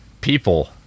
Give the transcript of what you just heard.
people